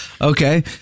Okay